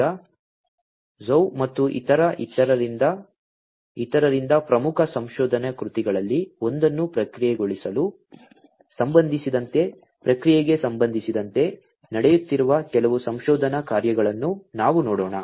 ಈಗ ಝೌ ಮತ್ತು ಇತರರಿಂದ ಪ್ರಮುಖ ಸಂಶೋಧನಾ ಕೃತಿಗಳಲ್ಲಿ ಒಂದನ್ನು ಪ್ರಕ್ರಿಯೆಗೊಳಿಸಲು ಸಂಬಂಧಿಸಿದಂತೆ ಪ್ರಕ್ರಿಯೆಗೆ ಸಂಬಂಧಿಸಿದಂತೆ ನಡೆಯುತ್ತಿರುವ ಕೆಲವು ಸಂಶೋಧನಾ ಕಾರ್ಯಗಳನ್ನು ನಾವು ನೋಡೋಣ